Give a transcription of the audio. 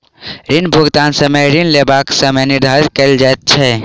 ऋण भुगतानक समय ऋण लेबाक समय निर्धारित कयल जाइत छै